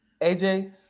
AJ